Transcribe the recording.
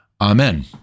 Amen